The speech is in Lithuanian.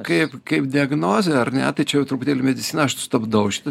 kaip kaip diagnozė ar ne tai čia jau truputėlį medicina aš stabdau šitą